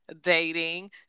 dating